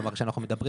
כלומר, כשאנחנו מדברים